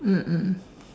mm mm